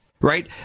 right